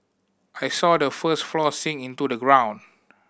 I saw the first floor sink into the ground